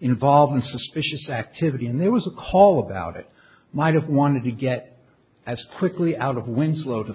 involved in suspicious activity and there was a call about it might have wanted to get as quickly out of winslow to